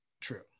true